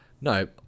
no